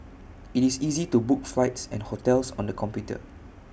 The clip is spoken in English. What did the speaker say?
IT is easy to book flights and hotels on the computer